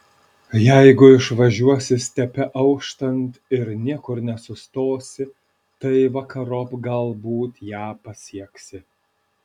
jeigu išvažiuosi stepe auštant ir niekur nesustosi tai vakarop galbūt ją pasieksi